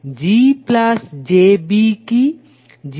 GjB কি